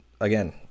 again